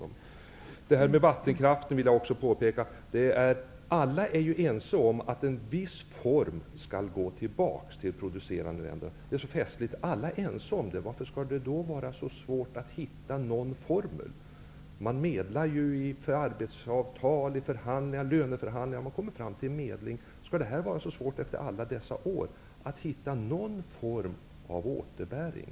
När det gäller vattenkraften vill jag påpeka att alla ju är överens om att en viss del skall gå tillbaka till de producerande länderna. Alla är ense om det; varför skall det då vara så svårt att hitta en form för detta? Man medlar ju i andra sammanhang. Skall det vara så svårt efter alla dessa år hitta någon form för återbäring.